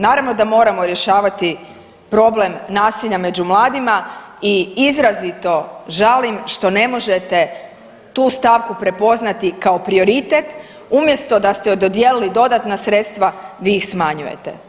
Naravno da moramo rješavati problem nasilja među mladima i izrazito žalim što ne možete tu stavku prepoznati kao prioritet, umjesto da ste joj dodijelili dodatna sredstva, vi ih smanjujete.